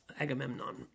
Agamemnon